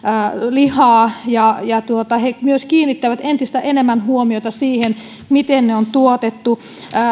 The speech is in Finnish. lihaa he myös kiinnittävät entistä enemmän huomiota siihen miten se on tuotettu